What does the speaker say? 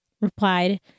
replied